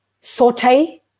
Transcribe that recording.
saute